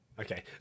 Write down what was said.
Okay